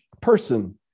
person